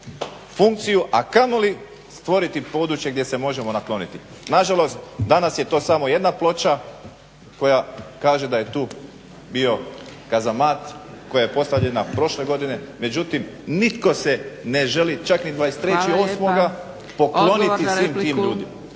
funkciju, a kamoli stvoriti područje gdje se možemo nakloniti. Nažalost danas je to samo jedna ploča koja kaže da je tu bio kazamat koja je postavljena prošle godine, međutim nitko se ne želi čak ni 23.08. pokloniti svim tim ljudima.